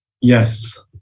Yes